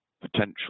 potential